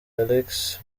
alex